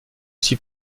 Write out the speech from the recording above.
suis